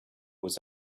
was